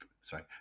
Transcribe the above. sorry